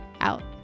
out